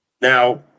Now